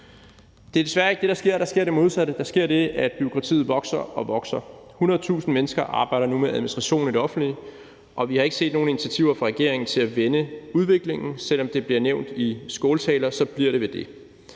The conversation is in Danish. Det er desværre ikke det, der sker. Der sker det modsatte; der sker det, at bureaukratiet vokser og vokser. 100.000 mennesker arbejder nu med administration i det offentlige, og vi har ikke set nogen initiativer fra regeringens side til at vende udviklingen. Selv om det bliver nævnt i skåltaler, så bliver det ved det.